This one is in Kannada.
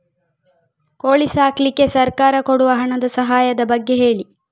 ಕೋಳಿ ಸಾಕ್ಲಿಕ್ಕೆ ಸರ್ಕಾರ ಕೊಡುವ ಹಣದ ಸಹಾಯದ ಬಗ್ಗೆ ಹೇಳಿ